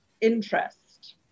interest